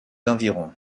environs